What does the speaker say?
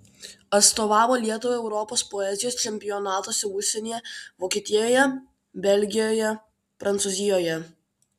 atstovavo lietuvai europos poezijos čempionatuose užsienyje vokietijoje belgijoje prancūzijoje